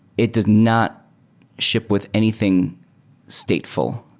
it does not ship with anything stateful.